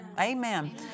Amen